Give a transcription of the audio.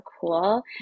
cool